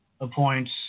appoints